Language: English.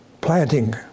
planting